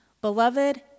beloved